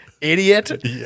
Idiot